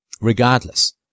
Regardless